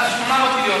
אז 800 מיליון,